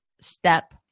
step